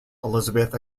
elizabeth